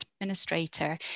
administrator